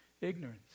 ignorance